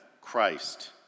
Christ